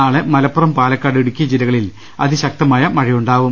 നാളെ മലപ്പുറം പാലക്കാട് ഇടുക്കി ജില്ല കളിൽ അതിശക്തമായ മഴയുണ്ടാവും